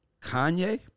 Kanye